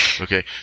Okay